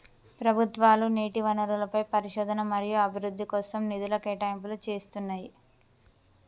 ప్రభుత్వాలు నీటి వనరులపై పరిశోధన మరియు అభివృద్ధి కోసం నిధుల కేటాయింపులు చేస్తున్నయ్యి